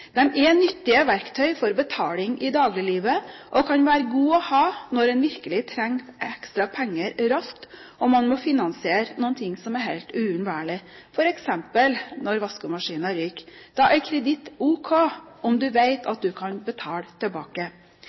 er nyttige verktøy for betaling i dagliglivet og kan være gode å ha når man virkelig trenger ekstra penger raskt, og man må finansiere noe som er helt uunnværlig, f.eks. når vaskemaskinen ryker. Da er kreditt ok – om man vet man kan betale tilbake.